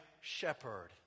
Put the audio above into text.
shepherd